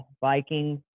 Vikings